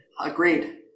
Agreed